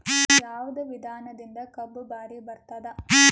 ಯಾವದ ವಿಧಾನದಿಂದ ಕಬ್ಬು ಭಾರಿ ಬರತ್ತಾದ?